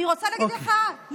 אני רוצה להגיד לך,